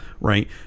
right